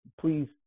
please